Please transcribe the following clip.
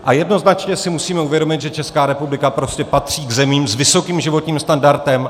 A jednoznačně si musíme uvědomit, že Česká republika patří k zemím s vysokým životním standardem.